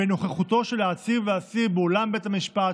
ונוכחותו של העציר והאסיר באולם בית המשפט,